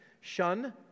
shun